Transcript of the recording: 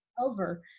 over